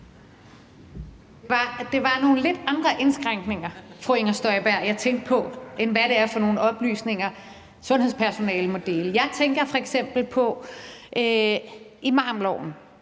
Det var nogle lidt andre indskrænkninger, fru Inger Støjberg, jeg tænkte på, end hvad det er for nogle oplysninger, sundhedspersonalet må dele. Jeg tænker f.eks. på imamloven;